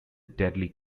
deadly